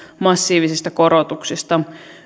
massiivisista korotuksista